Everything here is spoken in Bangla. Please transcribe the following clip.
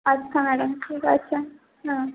আচ্ছা ম্যাডাম ঠিক আছে হ্যাঁ